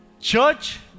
Church